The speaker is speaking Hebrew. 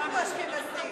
אשכנזי.